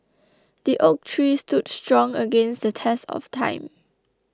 the oak tree stood strong against the test of time